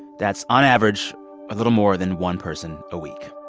that's on average a little more than one person a week